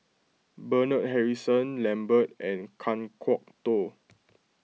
Bernard Harrison Lambert and Kan Kwok Toh